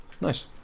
Nice